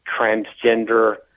transgender